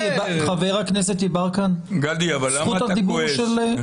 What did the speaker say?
גדי, למה אתה כועס?